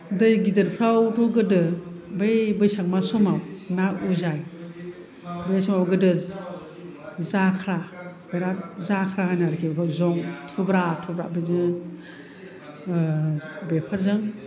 दै गिदिरफ्रावबो गोदो बै बैसाग मास समाव ना उजाय बै गोदो जाख्रा बिरात जाक्रा होनो आरोखि बेखौ जं थुग्रा बिदिनो बेफोरजों